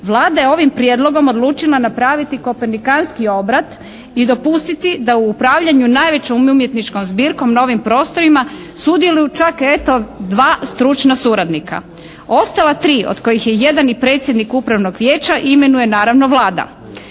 Vlada je ovim prijedlogom odlučila napraviti … obrat i dopustiti da u upravljanju najvećom umjetničkom zbirkom na ovim prostorima sudjeluju čak eto dva stručna suradnika. Ostala tri od kojih je jedan i predsjednik upravnog vijeća imenuje naravno Vlada.